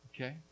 Okay